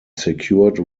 secured